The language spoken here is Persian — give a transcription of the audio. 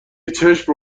چشم